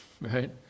right